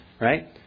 right